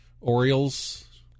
orioles